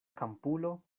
kampulo